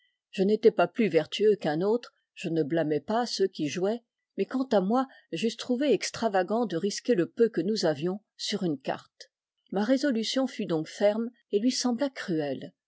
je n'étais pas plus vertueux qu'un autre je ne blâmais pas ceux qui jouaient mais quant à moi j'eusse trouvé extravagant de risquer le peu que nous avions sur une carte ma résolution fut donc ferme et lui sembla cruelle